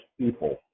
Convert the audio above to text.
people